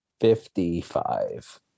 Fifty-five